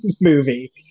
movie